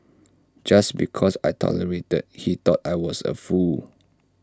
just because I tolerated he thought I was A fool